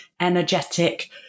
energetic